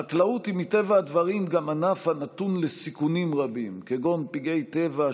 חקלאות היא מטבע הדברים גם ענף הנתון לסיכונים רבים: פגעי טבע,